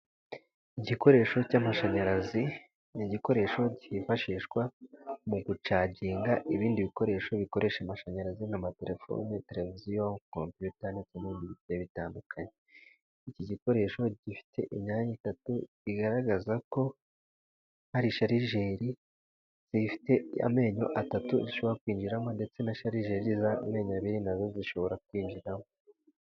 Igikoresho cy'amashanyarazi: ni igikoresho cyifashishwa mu gucaginga ibindi bikoresho bikoresha amashanyarazi nk'amatelefoni, televiziyo kopiyuta nibindi bitandukanye. Iki gikoresho gifite imyanya itatu igaragaza ko hari sharigeri zifite amenyo atatu ishobora kwinjiramo ndetse na sharigeri zifite amenyo abiri nazo zishobora kwinjiramo.